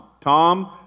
Tom